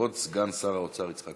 כבוד סגן שר האוצר יצחק